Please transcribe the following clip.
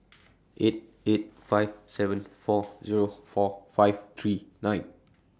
eight eight five seven four Zero four five three nine